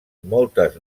moltes